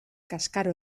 kaskar